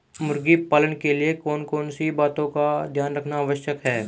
मुर्गी पालन के लिए कौन कौन सी बातों का ध्यान रखना आवश्यक है?